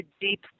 deep